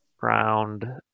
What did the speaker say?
Round